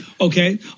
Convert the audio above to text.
Okay